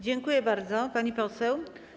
Dziękuję bardzo, pani poseł.